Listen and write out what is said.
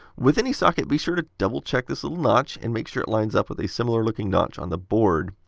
with any socket, be sure to double check this little notch and make sure it lines up with a similar looking notch on the board.